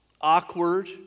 awkward